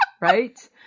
right